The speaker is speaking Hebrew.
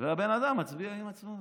והבן אדם מצביע עם עצמו.